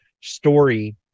story